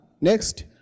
Next